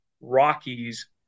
Rockies